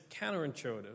counterintuitive